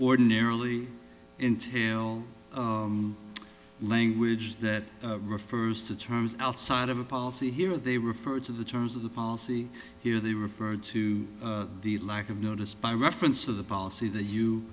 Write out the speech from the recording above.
ordinarily entailed language that refers to terms outside of a policy here they referred to the terms of the policy here they referred to the lack of notice by reference of the policy that